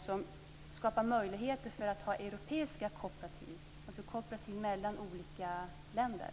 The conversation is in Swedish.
Det skapar möjligheter att ha europeiska kooperativ, alltså kooperativ mellan olika länder.